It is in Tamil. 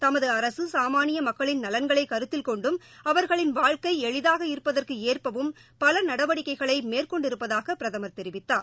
தமது அரசு சாமானிய மக்களின் நலன்களை மனதில் கொண்டும் அவர்களின் வாழ்க்கை எளிதாக இருப்பதற்கு ஏற்பவும் பல நடவடிக்கைகளை மேற்கொண்டிருப்பதாக பிரதமர் தெரிவித்தார்